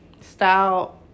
style